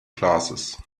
glasses